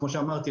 כמו שאמרתי,